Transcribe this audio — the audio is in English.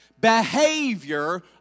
behavior